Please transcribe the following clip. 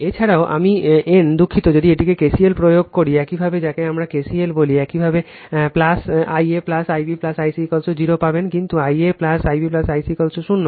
এছাড়াও আমি n দুঃখিত যদি একইভাবে KCL প্রয়োগ করি একইভাবে যাকে আমরা KCL বলি একইভাবে I a I b I c 0 তে পাবেন কিন্তু I a I b I c সমান 0